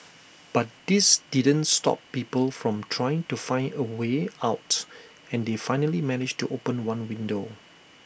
but this didn't stop people from trying to find A way out and they finally managed to open one window